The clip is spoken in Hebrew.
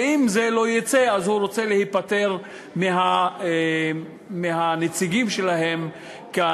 ואם זה לא יצא אז הוא רוצה להיפטר מהנציגים שלהם כאן,